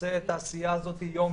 שעושה את העשייה הזאת יום-יום,